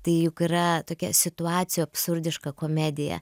tai juk yra tokia situacija absurdiška komedija